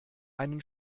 einen